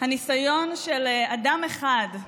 הניסיון של אדם אחד,